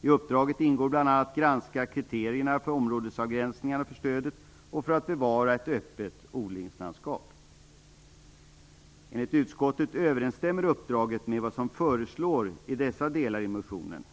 I uppdraget ingår bl.a. att granska kriterierna för områdesavgränsningarna för stödet och för att bevara ett öppet odlingslandskap. Enligt utskottet överensstämmer uppdraget med vad som föreslås i dessa delar i motionen.